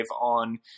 on